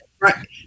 Right